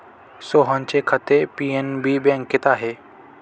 सोहनचे खाते पी.एन.बी बँकेत आहे